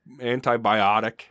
antibiotic